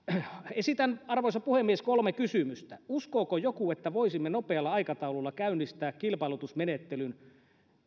esitän arvoisa puhemies kolme kysymystä uskooko joku että voisimme nopealla aikataululla käynnistää kilpailutusmenettelyn